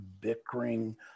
bickering